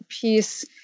Piece